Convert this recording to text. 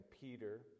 Peter